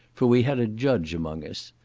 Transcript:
for we had a judge among us.